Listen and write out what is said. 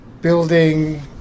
building